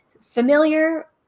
familiar